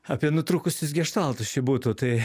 apie nutrūkusius geštaltus čia būtų tai